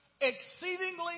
exceedingly